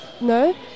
no